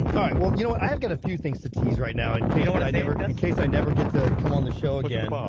and alright, well. you know i have got a few things to t's right now in kate and i never in case i never get to come on the show again